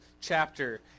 chapter